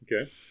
Okay